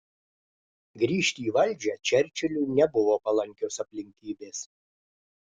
grįžti į valdžią čerčiliui nebuvo palankios aplinkybės